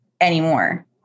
Anymore